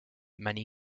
many